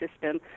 system